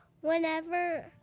whenever